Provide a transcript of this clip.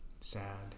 Sad